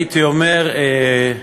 הייתי אומר,